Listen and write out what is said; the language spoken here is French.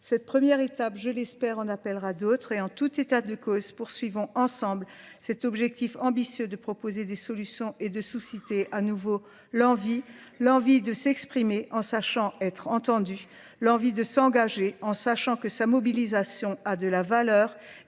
Cette première étape, je l'espère, en appellera d'autres et en tout état de cause poursuivons ensemble cet objectif ambitieux de proposer des solutions et de souciter à nouveau l'envie, l'envie de s'exprimer en sachant être entendu, l'envie de s'engager en sachant que sa mobilisation a de la valeur